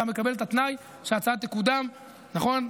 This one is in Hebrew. אתה מקבל את התנאי שההצעה תקודם בהסכמת